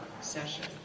session